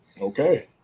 Okay